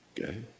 Okay